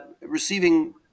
receiving